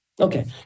Okay